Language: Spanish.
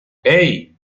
hey